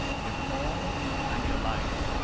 your home, and your life.